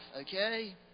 okay